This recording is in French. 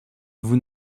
vous